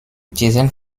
diesen